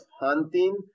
hunting